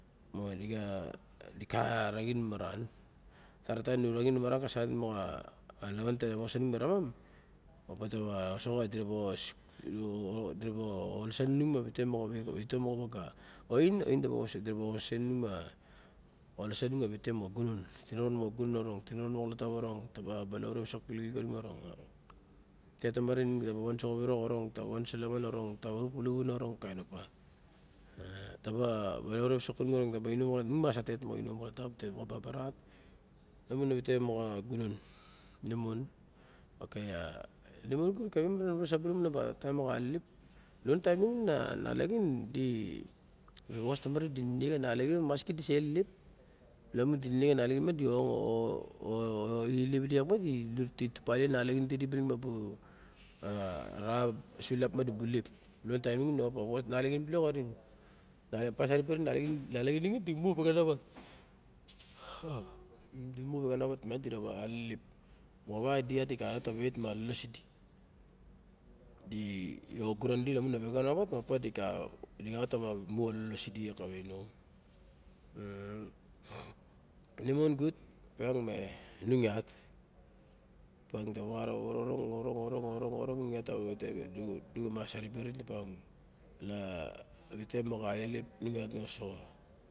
Mo di ka di ka raxin maran. Ta ra taim nu raxin maran ka sait moxa a lawan te wos a nung mo raman opa ta be osoxo. Di ra ba alasan inung ma vite moxa waga. Ain, ain ta ba ongosen inung ma vite moxa, gunon, tiniron moxa gunon orong, tiniron max xoletap orong ta ba balaure a visok lixilik kanu orong. Tetomare inung ta ba van uso a virok arong, ta ba van uso lalaman orong ta ba rat puluvun orong kain opa. Ta ba balaure a visok kanang orong ta ba inom orong inung ta ba mas a tet moxa babaret. Lamun a vite moxa gunon inemon. Okah a inemon kawei xio marana na viro sapu alamu a taim moxa alelep. Lion a taim nixin a nalaxin di, bostamore di nek a nalaxin miang di ilep idi, di tupalia a nalaxin tidi ma bu a ra sulap ma di bu lop, lion a taim nixin a vos, nalaxin bilok orin. Mopa saribe orin nalaxin nixin di mu voxenawat. Di mu vexenawat miang idi ra wa alelep moxawa idiu uat di xalot ta wa wet ma lalos idi. Di oguran idi lamun a vexenawat opa di xalat tawa mu a lolos i di ra wa inom a- a. Nemon gt opiang mi inung iat. Miang ta mara rawa iniro orong, orong nung ta ba vade mas tibe tanine ma vite moxa alelep.